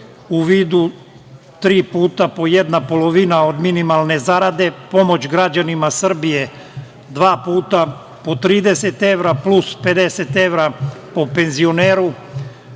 u vidu tri puta po jedna polovina od minimalne zarade, pomoć građanima Srbije dva puta po 30 evra, plus 50 evra po penzioneru,